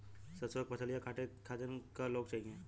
सरसो के फसलिया कांटे खातिन क लोग चाहिए?